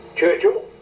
churchill